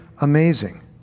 amazing